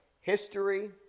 history